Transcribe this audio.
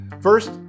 First